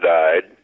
died